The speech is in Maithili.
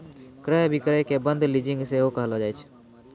क्रय अभिक्रय के बंद लीजिंग सेहो कहलो जाय छै